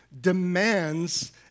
demands